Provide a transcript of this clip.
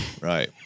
Right